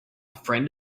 friend